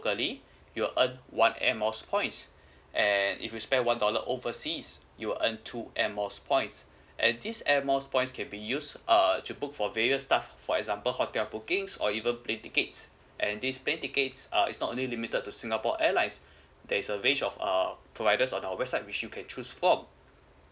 ~cally you will earn one airmiles points and if you spend one dollar overseas you earn two airmiles points and this airmiles points can be use err to book for various stuff for example hotel bookings or even plane tickets and this plane tickets uh it's not only limited to singapore airlines there's a range of err provided on our website which you can choose from